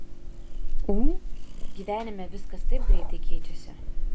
ū gyvenime viskas taip greitai keičiasi